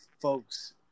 folks